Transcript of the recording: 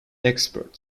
expert